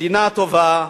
מדינה טובה,